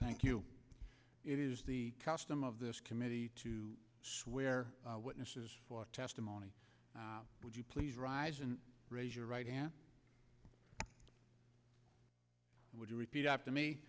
thank you it is the custom of this committee to swear witnesses for testimony would you please rise and raise your right hand would you repeat after me